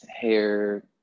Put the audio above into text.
hair